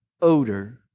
odor